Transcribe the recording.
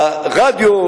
הרדיו,